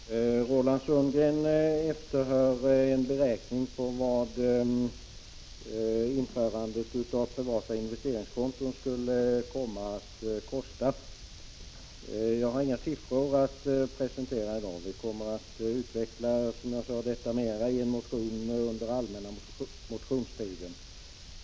Herr talman! Roland Sundgren efterlyser beräkningar på vad införandet av privata investeringskonton skulle komma att kosta. Jag har inga siffror att presentera i dag. Vi kommer, som jag sade, att utveckla detta mera i en motion under den allmänna motionstiden.